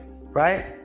right